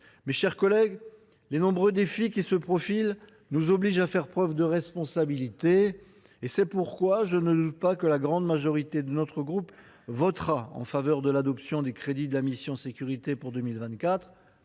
Mes chers collègues, les nombreux défis qui se profilent nous obligent à faire preuve de responsabilité. C’est pourquoi je ne doute pas que la grande majorité de notre groupe votera en faveur de l’adoption des crédits de la mission « Sécurités » pour 2024.